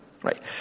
Right